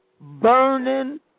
burning